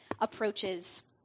approaches